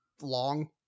long